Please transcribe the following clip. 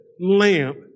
lamp